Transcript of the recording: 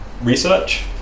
research